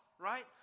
right